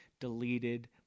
deleted